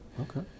Okay